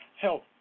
help